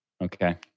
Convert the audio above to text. Okay